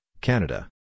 Canada